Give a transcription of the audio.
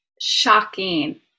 shocking